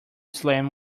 slam